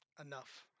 Enough